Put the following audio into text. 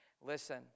Listen